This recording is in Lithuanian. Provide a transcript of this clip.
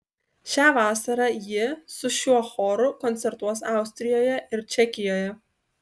šią vasarą ji su šiuo choru koncertuos austrijoje ir čekijoje